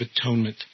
Atonement